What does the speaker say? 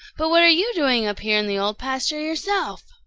but what are you doing up here in the old pasture yourself?